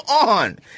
on